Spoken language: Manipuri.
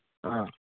ꯑꯥ